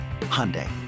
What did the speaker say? Hyundai